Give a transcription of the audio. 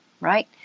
right